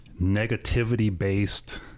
negativity-based